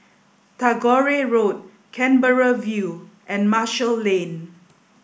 Tagore Road Canberra View and Marshall Lane